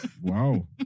Wow